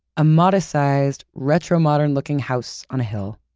a modest sized, retro-modern looking house on a hill.